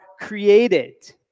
created